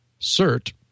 CERT